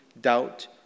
doubt